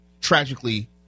tragically